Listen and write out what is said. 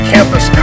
Campus